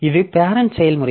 இது பேரெண்ட் செயல்முறை